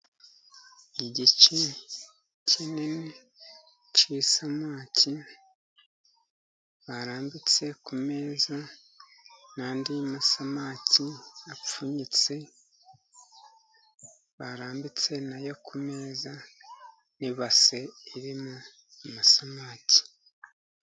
Igice kinini cy'isamaki barambitse ku meza . Andi masamaki apfunyitse ,bayarambitse nayo ku meza. N'ibase iri mu masamake.